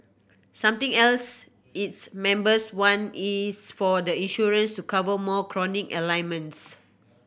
something else its members want is for the insurance to cover more chronic ailments